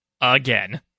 Again